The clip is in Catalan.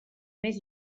més